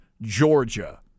Georgia